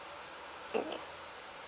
uh yes